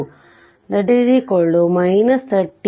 6 32 30